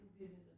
business